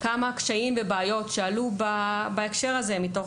כמה קשיים ובעיות שעלו בהקשר הזה מתוך